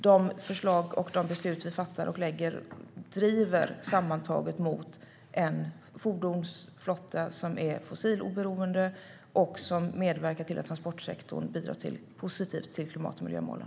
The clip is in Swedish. De förslag som vi lägger fram och de beslut som vi fattar driver sammantaget fram en fordonsflotta som är fossiloberoende och som medverkar till att transportsektorn bidrar positivt till klimat och miljömålen.